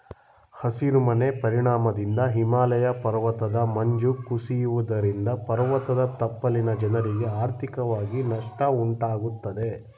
ಹಸಿರು ಮನೆ ಪರಿಣಾಮದಿಂದ ಹಿಮಾಲಯ ಪರ್ವತದ ಮಂಜು ಕುಸಿಯುವುದರಿಂದ ಪರ್ವತದ ತಪ್ಪಲಿನ ಜನರಿಗೆ ಆರ್ಥಿಕವಾಗಿ ನಷ್ಟ ಉಂಟಾಗುತ್ತದೆ